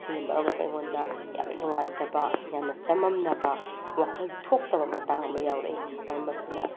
ꯁꯤꯅ ꯃꯔꯝ ꯑꯣꯏꯔꯒ ꯑꯩꯉꯣꯟꯗ ꯌꯥꯝꯅ ꯅꯨꯉꯥꯏꯇꯕ ꯌꯥꯝꯅ ꯆꯃꯝꯅꯕ ꯋꯥꯈꯜ ꯊꯣꯛꯇꯕ ꯃꯇꯥꯡ ꯑꯃ ꯌꯥꯎꯔꯛꯏ ꯃꯔꯝ ꯑꯁꯤꯅ